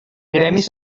gremis